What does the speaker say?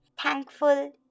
thankful